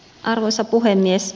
arvoisa puhemies